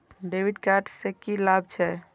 डेविट कार्ड से की लाभ छै?